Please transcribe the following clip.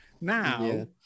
Now